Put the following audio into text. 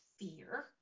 Fear